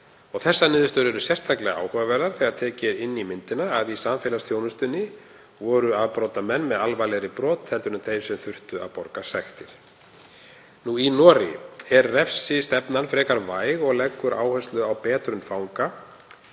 Þessar niðurstöður eru sérstaklega áhugaverðar þegar tekið er inn í myndina að í samfélagsþjónustunni voru afbrotamenn með alvarlegri brot heldur en þeir sem þurftu að borga sektir. Í Noregi er refsistefnan frekar væg og leggur áherslu á betrun fanga